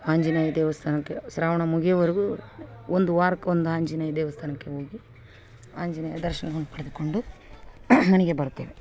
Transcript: ಆಂಜನೇಯ ದೇವಸ್ಥಾನಕ್ಕೆ ಶ್ರಾವಣ ಮುಗಿಯೋವರೆಗು ಒಂದು ವಾರಕ್ಕೆ ಒಂದು ಆಂಜನೇಯ ದೇವಸ್ಥಾನಕ್ಕೆ ಹೋಗಿ ಆಂಜನೇಯ ದರ್ಶನವನ್ನು ಪಡೆದುಕೊಂಡು ಮನೆಗೆ ಬರುತ್ತೇವೆ